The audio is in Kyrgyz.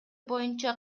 боюнча